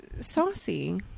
saucy